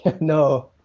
No